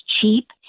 cheap